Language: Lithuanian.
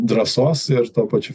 drąsos ir tuo pačiu